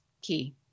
key